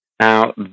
Now